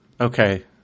Okay